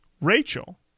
Rachel